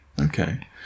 Okay